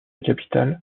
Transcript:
capitale